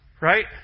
Right